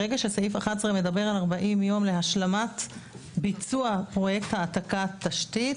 ברגע שסעיף (11) מדבר על 40 יום להשלמת ביצוע פרויקט העתקת תשתית,